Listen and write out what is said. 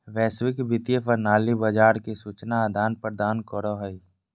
वैश्विक वित्तीय प्रणाली बाजार के सूचना आदान प्रदान करो हय